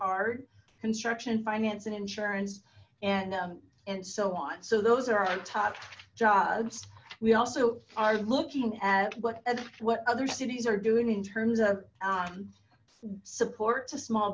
hard construction finance and insurance and and so on so those are our top jobs we also are looking at what what other cities are doing in terms of support to small